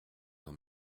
dans